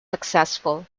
successful